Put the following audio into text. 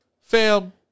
Fam